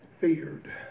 feared